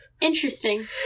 Interesting